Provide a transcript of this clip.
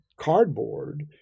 cardboard